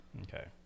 Okay